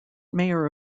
mayor